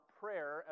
prayer